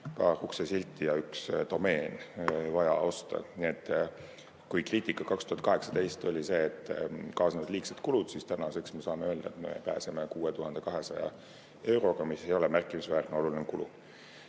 paar uksesilti ja üks domeen on vaja osta. Kui 2018 oli kriitika see, et kaasnevad liigsed kulud, siis täna me saame öelda, et me pääseme 6200 euroga, mis ei ole märkimisväärne või oluline kulu.